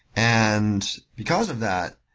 and because of that,